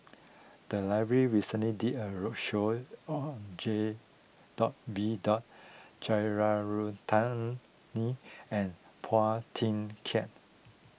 the library recently did a roadshow on J Dot B Dot Jeyaretnam Ni and Phua Thin Kiay